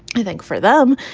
i think, for them.